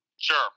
Sure